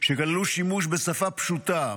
שכללו שימוש בשפה פשוטה,